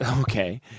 Okay